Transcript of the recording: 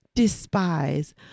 despise